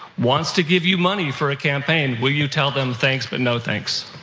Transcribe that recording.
wants to give you money for a campaign. will you tell them thanks, but no thanks?